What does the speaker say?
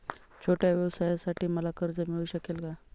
छोट्या व्यवसायासाठी मला कर्ज मिळू शकेल का?